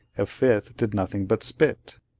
a fifth did nothing but spit.